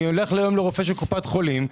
אני הולך היום לרופא של קופת חולים,